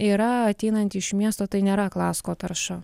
yra ateinanti iš miesto tai nėra klasko tarša